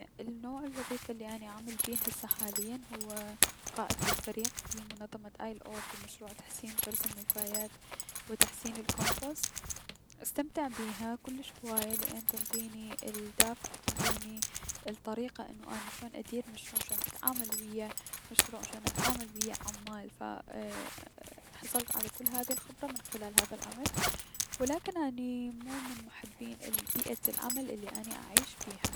نوع العمل الي اني اعمل بيه هسة حاليا هو قائد للفريق بمنظمة اي ال او بمشروع تحسين فرز النفايات و تحسين الكومبوست استمتع بيها كلش هواية لأن تنطيني الدافع و تنطيني الطريقة على انو اني شون ادير المشروع شون اتعامل ويا العمال ف اي- حصلت على كل هاي الخبرة من خلال هذا العمل ولكن اني مو من محبين بيئة العمل الي اني اعيش بيها.